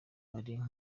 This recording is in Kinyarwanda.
ariko